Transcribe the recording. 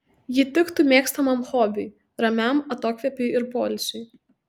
ji tiktų mėgstamam hobiui ramiam atokvėpiui ir poilsiui